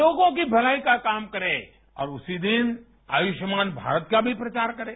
लोगों की भलाई का काम करें और उसी दिन आयुष्मान भारत का भी प्रचार करें